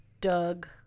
Doug